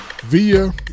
via